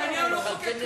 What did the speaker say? נתניהו לא חוקק כלום.